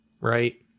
right